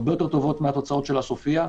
הרבה יותר טובות מהתוצאות של ה”סופיה”.